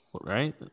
right